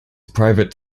private